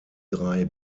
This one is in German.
drei